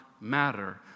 matter